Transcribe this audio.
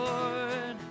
Lord